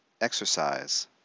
exercise